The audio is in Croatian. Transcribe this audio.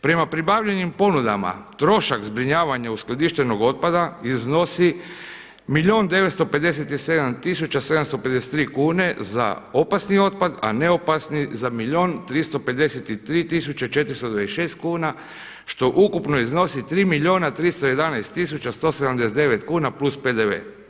Prema pribavljenim ponudama trošak zbrinjavanja uskladištenog otpada iznosi milijun 957 tisuća 753 kune za opasni otpad a neopasni za milijun 353 tisuće 426 kuna što ukupno iznosi 3 milijuna 311 tisuća 179 kuna plus PDV.